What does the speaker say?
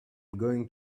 going